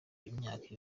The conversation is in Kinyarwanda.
imyaka